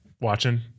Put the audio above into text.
watching